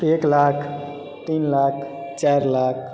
एक लाख तीन लाख चारि लाख